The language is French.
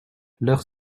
leurs